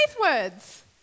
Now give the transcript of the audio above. words